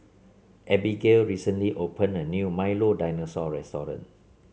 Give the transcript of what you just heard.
Abigail recently open a new Milo Dinosaur Restaurant